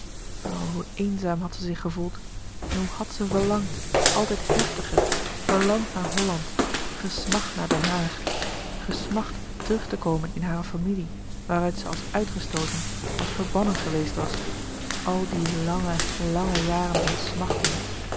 hoe eenzaam had ze zich gevoeld en hoe had ze verlangd altijd heftiger verlangd naar holland gesmacht naar den haag gesmacht terug te komen in hare familie waaruit zij als uitgestooten als verbannen geweest was al die lange lange jaren van smachting